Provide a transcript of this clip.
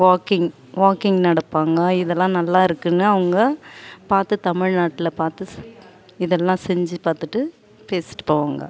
walking walking நடப்பாங்க இதல்லாம் நல்லாருக்குன்னு அவங்க பார்த்து தமிழ்நாட்டில் பார்த்து இதல்லாம் செஞ்சு பார்த்துட்டு பேசிவிட்டு போவாங்க